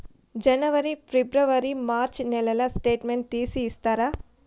జనవరి, ఫిబ్రవరి, మార్చ్ నెలల స్టేట్మెంట్ తీసి ఇస్తారా?